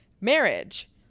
marriage